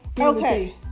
Okay